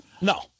No